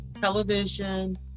television